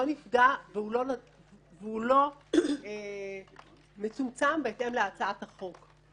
נפגע והוא לא מצומצם בהתאם להצעת החוק.